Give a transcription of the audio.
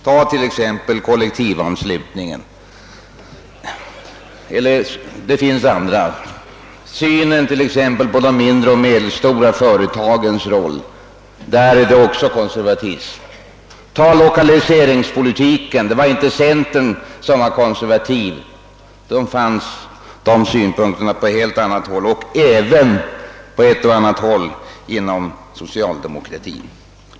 Tag t.ex. kollektivanslutningen, synen på de mindre och medelstora företagens roll eller lokaliseringspolitiken! Det var inte centerpartiet som var konservativt när det gällde lokaliseringspolitiken, de synpunkterna fanns på helt annat håll — även inom socialdemokratin.